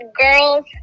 girls